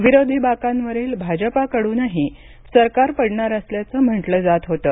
विरोधी बाकावरील भाजपाकडूनही सरकार पडणार असल्याचं म्हटलं जात होतं